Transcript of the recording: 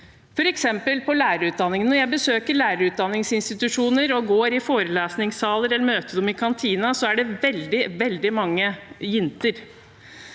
f.eks. på lærerutdanningene. Når jeg besøker lærerutdanningsinstitusjoner og går i forelesningssaler eller møter studenter i kantinen, er det veldig mange jenter.